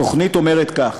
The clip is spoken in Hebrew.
התוכנית אומרת כך: